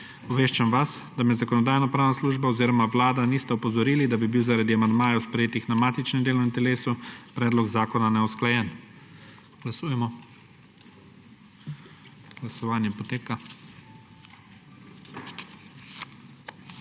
Obveščam vas, da me Zakonodajno-pravna služba oziroma Vlada nista opozorili, da bi bil zaradi amandmajev, sprejetih na matičnem delovnem telesu, predlog zakona neusklajen. Glasujemo. Navzočih